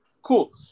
Cool